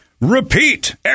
repeat